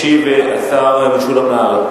ישיב השר משולם נהרי.